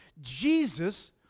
Jesus